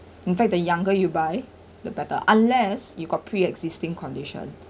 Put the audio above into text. in fact the younger you buy the better unless you got pre existing condition